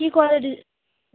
কি কোয়ালিটি